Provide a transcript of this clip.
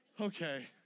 okay